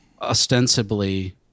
ostensibly